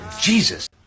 Jesus